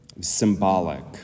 Symbolic